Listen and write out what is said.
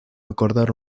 acordar